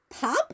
Pub